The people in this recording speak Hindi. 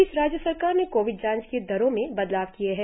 इस बीच राज्य सरकार ने कोविड जांच की दरो में बदलाव किए है